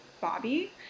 Bobby